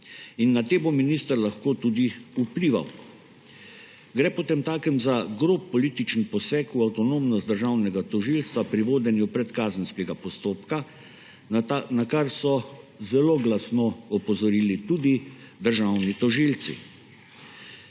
in na te bo minister lahko tudi vplival. Gre potemtakem za grob političen poseg v avtonomnost državnega tožilstva pri vodenju predkazenskega postopka, na kar so zelo glasno opozorili tudi državni tožilci.